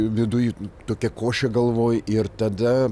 viduj tokia košė galvoj ir tada